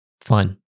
Fine